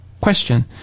Question